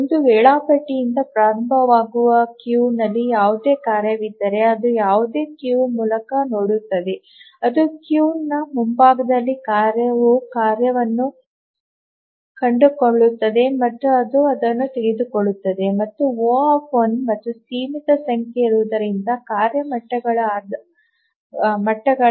ಒಂದು ವೇಳಾಪಟ್ಟಿಯಿಂದ ಪ್ರಾರಂಭವಾಗುವ ಕ್ಯೂನಲ್ಲಿ ಯಾವುದೇ ಕಾರ್ಯವಿದ್ದರೆ ಅದು ಯಾವುದೇ ಕ್ಯೂ ಮೂಲಕ ನೋಡುತ್ತದೆ ಅದು ಕ್ಯೂನ ಮುಂಭಾಗದಲ್ಲಿ ಕಾಯುವ ಕಾರ್ಯವನ್ನು ಕಂಡುಕೊಳ್ಳುತ್ತದೆ ಮತ್ತು ಅದು ಅದನ್ನು ತೆಗೆದುಕೊಳ್ಳುತ್ತದೆ ಮತ್ತು ಅದು O ಮತ್ತು ಸೀಮಿತ ಸಂಖ್ಯೆ ಇರುವುದರಿಂದ ಕಾರ್ಯ ಮಟ್ಟಗಳ